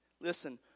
Listen